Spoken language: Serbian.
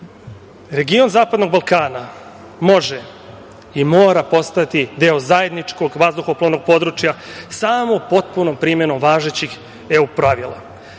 Region zapadnog Balkana može i mora postati deo zajedničkog vazduhoplovnog područja samo potpunom primenom važećih EU